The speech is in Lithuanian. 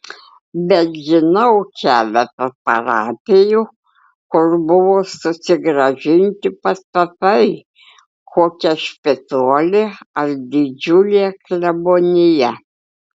bet žinau keletą parapijų kur buvo susigrąžinti pastatai kokia špitolė ar didžiulė klebonija